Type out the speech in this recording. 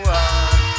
one